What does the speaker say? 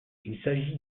s’agit